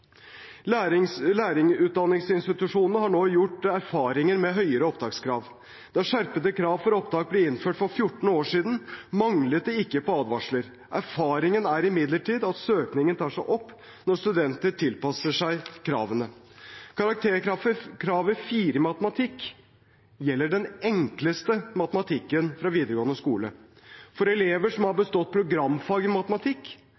lærere. Lærerutdanningsinstitusjonene har nå gjort seg erfaringer med høyere opptakskrav. Da skjerpede krav for opptak ble innført for 14 år siden, manglet det ikke på advarsler. Erfaringen er imidlertid at søkningen tar seg opp når studenter tilpasser seg kravene. Karakterkravet 4 i matematikk gjelder den enkleste matematikken fra videregående skole. For elever som har